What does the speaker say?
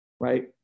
right